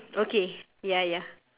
okay ya ya